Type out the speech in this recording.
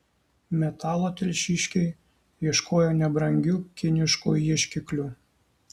metalo telšiškiai ieškojo nebrangiu kinišku ieškikliu